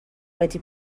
wedi